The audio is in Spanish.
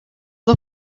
dos